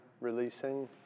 releasing